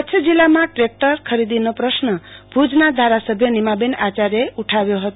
કચ્છ જિલ્લામાં ટ્રેકટર ખરીદનો પશ્ન ભુજના ધારાસભ્ય નીમાબેન આચાર્યએ ઉઠાવ્યો હતો